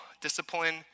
discipline